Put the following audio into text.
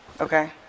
Okay